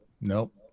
Nope